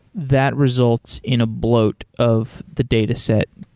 that results in a bloat of the dataset.